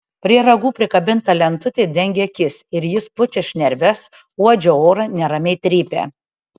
prie ragų prikabinta lentutė dengia akis ir jis pučia šnerves uodžia orą neramiai trypia